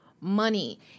money